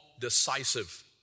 decisive